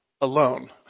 alone